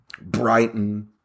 Brighton